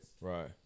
Right